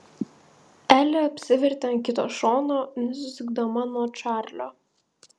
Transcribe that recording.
elė apsivertė ant kito šono nusisukdama nuo čarlio